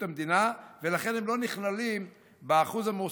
המדינה ולכן הם לא נכללים באחוז המועסקים,